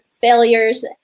failures